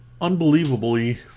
Unbelievably